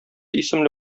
исемле